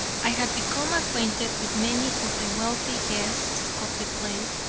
i had become acquainted with many of the wealthy guests of the place,